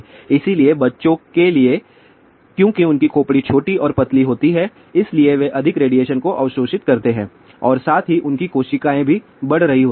इसलिए बच्चों के लिए क्योंकि उनकी खोपड़ी छोटी और पतली होती है इसलिए वे अधिक रेडिएशन को अवशोषित करते हैं और साथ ही उनकी कोशिकाएं भी बढ़ रही होती हैं